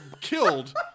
killed